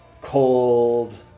cold